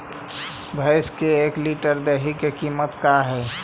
भैंस के एक लीटर दही के कीमत का है?